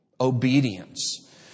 Obedience